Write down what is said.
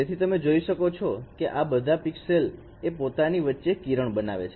તેથી તમે જોઈ શકો છો કે આ બધા પિક્સેલસ એ પોતાની વચ્ચે કિરણ બનાવે છે